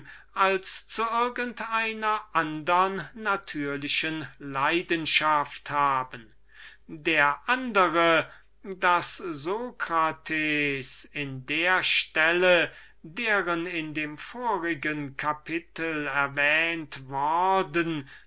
als zu irgend einer andern natürlichen leidenschaft haben die andere daß socrates in der stelle deren in dem vorigen kapitel erwähnt worden